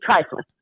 trifling